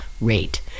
rate